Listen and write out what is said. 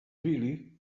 really